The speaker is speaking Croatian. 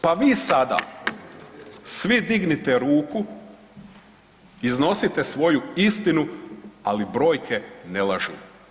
Pa vi sada svi dignite ruku, iznosite svoju istinu, ali brojke ne lažu.